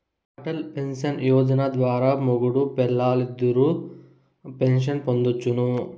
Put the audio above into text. Atal pension Yojana ద్వారా మొగుడూ పెల్లాలిద్దరూ పెన్సన్ పొందొచ్చును